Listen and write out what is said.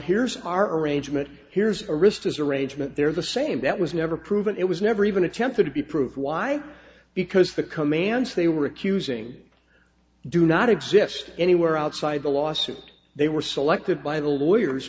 here's our arrangement here's aristos arrangement they're the same that was never proven it was never even attempted to be proved why because the commands they were accusing do not exist anywhere outside the lawsuit they were selected by the lawyers